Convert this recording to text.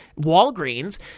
Walgreens